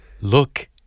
look